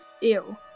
Ew